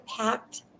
packed